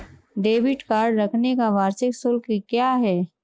Debit card रखने का वार्षिक शुल्क क्या है?